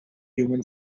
human